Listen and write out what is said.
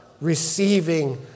receiving